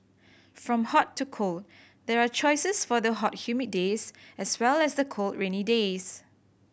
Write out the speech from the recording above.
from hot to cold there are choices for the hot humid days as well as the cold rainy days